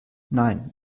nein